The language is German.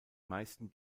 meisten